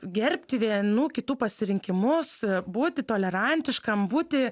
gerbti vienų kitų pasirinkimus būti tolerantiškam būti